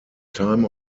time